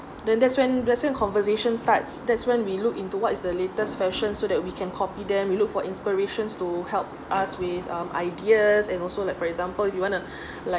then that's when when conversation starts that's when we look into what is the latest fashion so that we can copy them you look for inspirations to help us with um ideas and also like for example you want to like